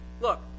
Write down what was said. look